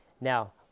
Now